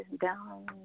down